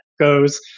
goes